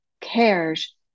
cares